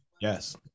Yes